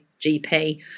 GP